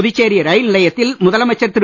புதுச்சேரி ரயில் நிலையத்தில் முதலமைச்சர் திரு